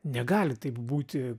negali taip būti